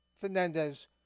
Fernandez